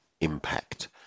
impact